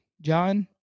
John